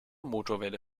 motorwelle